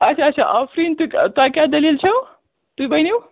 اَچھا اَچھا آفریٖن تہِ تۄہہِ کیٛاہ دٔلیٖل چھَو تُہۍ ؤنِو